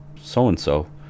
so-and-so